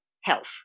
health